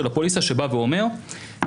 שבא ואומר,